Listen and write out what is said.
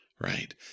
right